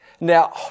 Now